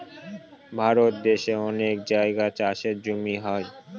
ভারত দেশের অনেক জায়গায় চাষের জমি হয়